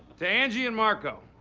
to angie and marco.